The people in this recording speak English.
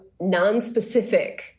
nonspecific